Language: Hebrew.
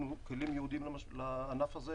ניתנו כלים ייעודיים לענף הזה